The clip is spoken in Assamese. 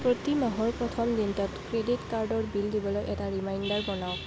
প্ৰতি মাহৰ প্ৰথম দিনটোত ক্ৰেডিট কাৰ্ডৰ বিল দিবলৈ এটা ৰিমাইণ্ডাৰ বনাওক